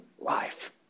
life